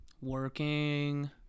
Working